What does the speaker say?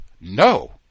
no